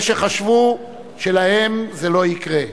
יש שחשבו שלהם זה לא יקרה.